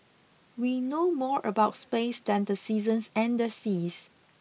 we know more about space than the seasons and the seas